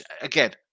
Again